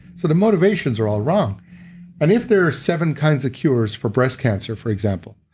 so the motivations are all wrong and if there's seven kinds of cures for breast cancer, for example,